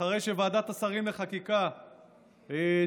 אחרי שוועדת השרים לחקיקה תומכת